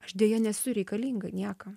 aš deja nesu reikalinga niekam